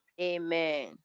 Amen